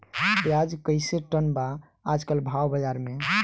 प्याज कइसे टन बा आज कल भाव बाज़ार मे?